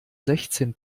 sechzehn